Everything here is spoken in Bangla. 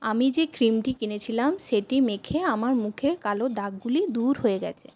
আমি যে ক্রিম টি কিনেছিলাম সেটি মেখে আমার মুখে কালো দাগ গুলি দূর হয়ে গেছে